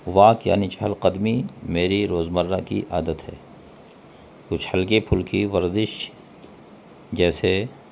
walk یعنی چہل قدمی میری روزمرہ کی عادت ہے کچھ ہلکی پھلکی ورزش جیسے